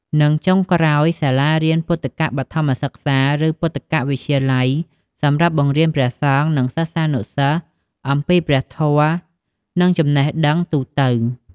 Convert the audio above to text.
និងចុងក្រោយសាលារៀនពុទ្ធិកបឋមសិក្សា ឬពុទ្ធិកវិទ្យាល័យសម្រាប់បង្រៀនព្រះសង្ឃ និងសិស្សានុសិស្សអំពីព្រះធម៌ និងចំណេះដឹងទូទៅ។